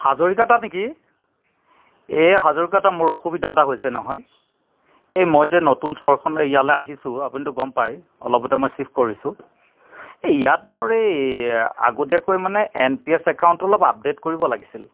হাজৰিকা দা নেকি এ হাজৰিকা দা মোৰ অসুবিধা এটা হৈছে নহয় এই মই যে নতুন চহৰখন ইয়ালৈ আহিছোঁ আপুনিটো গম পায় অলপতে মই চিফ্ট কৰিছোঁ এ ইয়াত মোৰ এই আগতীয়াকৈ মানে এন পি এছ একাউণ্টটো অলপ আপডে'ট কৰিব লাগিছিল